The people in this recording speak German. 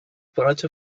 breiter